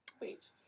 wait